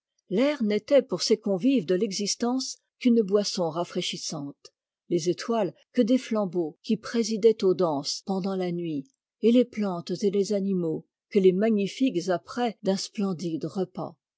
l'air n'était pour ces convives de l'existence qu'une boisson rafraîchissante les étoiles que des flambeaux qui présidaient aux danses pendant la nuit et les plantes et les animaux que les magnifiques apprêts d'un splendide repas